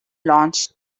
launched